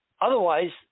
Otherwise